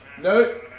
No